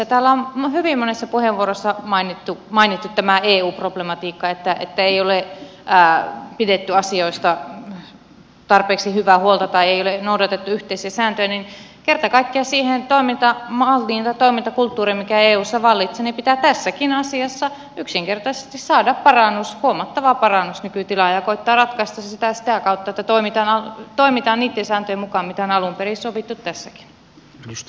täällä on hyvin monessa puheenvuossa mainittu tämä eu problematiikka että ei ole pidetty asioista tarpeeksi hyvää huolta tai ei ole noudatettu yhteisiä sääntöjä niin että kerta kaikkiaan siihen toimintamalliin tai toimintakulttuuriin mikä eussa vallitsee pitää tässäkin asiassa yksinkertaisesti saada parannus huomattava parannus nykytilaan ja koettaa ratkaista se sitä kautta että toimitaan niitten sääntöjen mukaan mitä on alun perin sovittu tässäkin